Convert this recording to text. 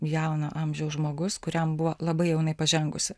jauno amžiaus žmogus kuriam buvo labai jau jinai pažengusi